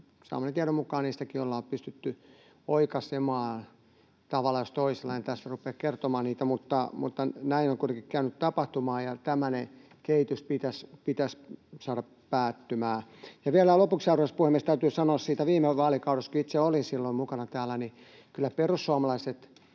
saamani tiedon mukaan siitäkin ollaan pystytty oikaisemaan tavalla jos toisella. En tässä rupea kertomaan niitä, mutta näin on kuitenkin päässyt tapahtumaan, ja tämmöinen kehitys pitäisi saada päättymään. Ja vielä lopuksi, arvoisa puhemies, täytyy sanoa siitä viime vaalikaudesta, kun itse olin silloin mukana täällä, että kyllä perussuomalaiset,